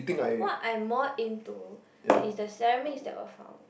what I'm more into is the ceramics that were found